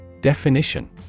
Definition